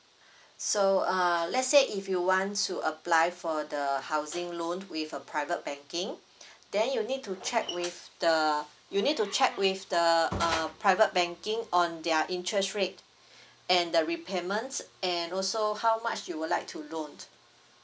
so uh let's say if you want to apply for the housing loan with a private banking then you need to check with the you need to check with the uh private banking on their interest rate and the repayment and also how much you would like to loan